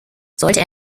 sollte